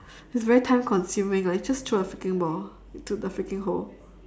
it's very time consuming lah you just throw a freaking ball into the freaking hole